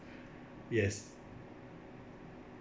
yes